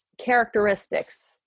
characteristics